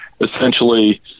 essentially